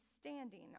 standing